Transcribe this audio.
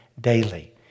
daily